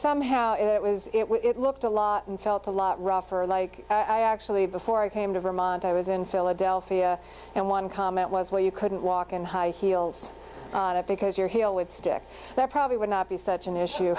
somehow it was it looked a lot and felt a lot rougher like i actually before i came to vermont i was in philadelphia and one comment was where you couldn't walk in high heels because your heel would stick there probably would not be such an issue